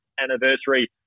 anniversary